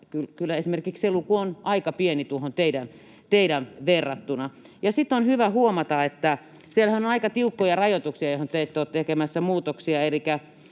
esimerkiksi se luku on aika pieni tuohon teidän lukuunne verrattuna. Sitten on hyvä huomata, että siellähän on aika tiukkoja rajoituksia, joihin te ette ole tekemässä muutoksia,